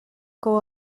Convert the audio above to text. koło